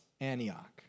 Antioch